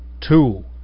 two